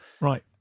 Right